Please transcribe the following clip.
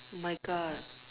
oh my God